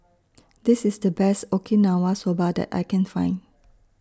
This IS The Best Okinawa Soba that I Can Find